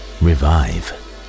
revive